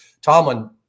Tomlin